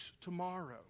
tomorrow